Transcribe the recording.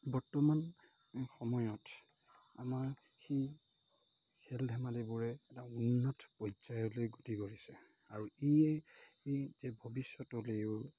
বৰ্তমান সময়ত আমাৰ সেই খেল ধেমালিবোৰে এটা উন্নত পৰ্যায়লৈ গতি কৰিছে আৰু ই ভৱিষ্যতলৈও